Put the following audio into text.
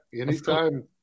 anytime